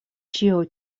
ĉio